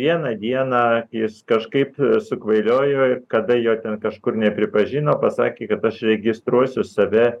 vieną dieną jis kažkaip sukvailiojo kada jo ten kažkur nepripažino pasakė kad aš registruosiu save